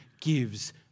gives